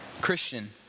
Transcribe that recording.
Christian